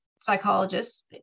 psychologists